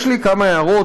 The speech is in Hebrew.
יש לי כמה הערות,